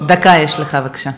יש לך דקה, בבקשה.